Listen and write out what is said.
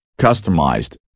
customized